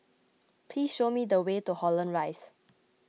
please show me the way to Holland Rise